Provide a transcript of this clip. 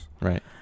Right